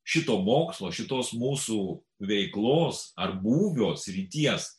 šito mokslo šitos mūsų veiklos ar būvio srities